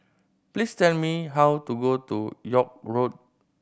please tell me how to go to York Road